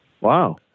Wow